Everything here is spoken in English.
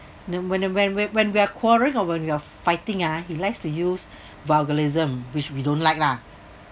then when when we're when we're quarrelling over we are fighting ah he likes to use vulgarism which we don't like lah